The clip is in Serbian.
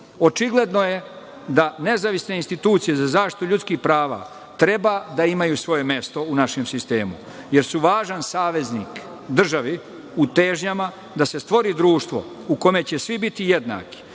je da nezavisne institucije za zaštitu ljudskih prava treba da imaju svoje mesto u našem sistemu, jer su važan saveznik državi u težnjama da se stvori društvo u kome će svi biti jednaki,